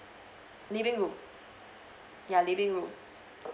living room ya living room